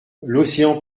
l’océan